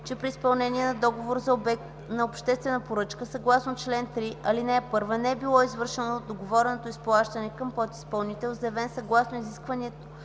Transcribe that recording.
че при изпълнение на договор за обект на обществена поръчка, съгласно чл. 3, ал. (1), не е било извършено договорено изплащане към подизпълнител, заявен съгласно изискването